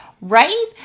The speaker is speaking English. Right